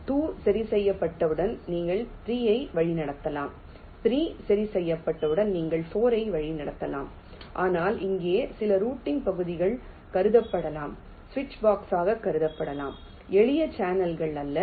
2 சரி செய்யப்பட்டவுடன் நீங்கள் 3 ஐ வழிநடத்தலாம் 3 சரி செய்யப்பட்டவுடன் நீங்கள் 4 ஐ வழிநடத்தலாம் ஆனால் இங்கே சில ரூட்டிங் பகுதிகள் கருதப்படலாம் சுவிட்ச்பாக்ஸாக கருதப்படலாம் எளிய சேனல்கள் அல்ல